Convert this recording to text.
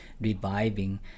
reviving